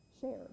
Share